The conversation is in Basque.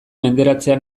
menderatzea